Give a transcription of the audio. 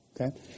Okay